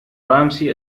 ramsey